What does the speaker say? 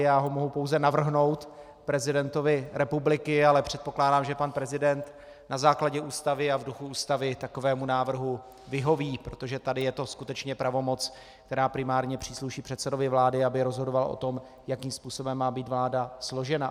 Já ho mohu pouze navrhnout prezidentovi republiky, ale předpokládám, že pan prezident na základě Ústavy a v duchu Ústavy takovému návrhu vyhoví, protože tady je to skutečně pravomoc, která primárně přísluší předsedovi vlády, aby rozhodoval o tom, jakým způsobem má být vláda složena.